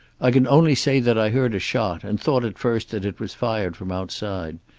i can only say that i heard a shot, and thought at first that it was fired from outside.